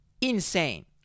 insane